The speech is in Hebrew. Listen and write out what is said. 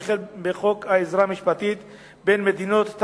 וכן בחוק עזרה משפטית בין מדינות,